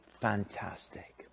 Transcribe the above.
fantastic